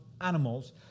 animals